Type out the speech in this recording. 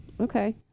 Okay